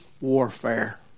warfare